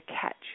catch